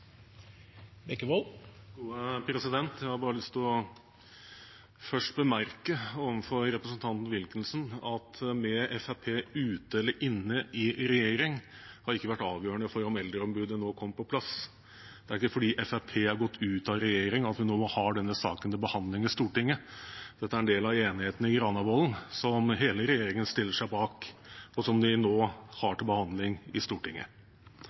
Jeg har bare lyst til først å bemerke overfor representanten Wilkinson at Fremskrittspartiet ute eller inne i regjering har ikke vært avgjørende for om Eldreombudet nå kom på plass. Det er ikke fordi Fremskrittspartiet har gått ut av regjering at vi nå har denne saken til behandling i Stortinget. Dette er en del av enigheten i Granavolden, som hele regjeringen stiller seg bak, og som vi nå har til behandling i Stortinget.